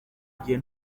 igihe